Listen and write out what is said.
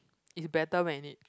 it's better when it's